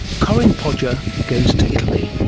corinne podger goes to italy.